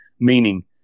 meaning